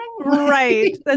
Right